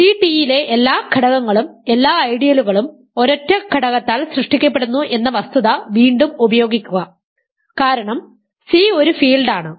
C ടിയിലെ എല്ലാ ഘടകങ്ങളും എല്ലാ ഐഡിയലുകളും ഒരൊറ്റ ഘടകത്താൽ സൃഷ്ടിക്കപ്പെടുന്നു എന്ന വസ്തുത വീണ്ടും ഉപയോഗിക്കുക കാരണം സി ഒരു ഫീൽഡ് ആണ്